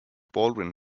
baldwin